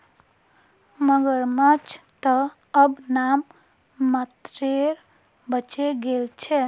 मगरमच्छ त अब नाम मात्रेर बचे गेल छ